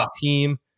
team